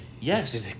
Yes